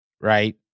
right